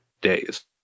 days